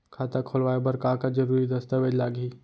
खाता खोलवाय बर का का जरूरी दस्तावेज लागही?